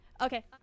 Okay